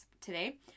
today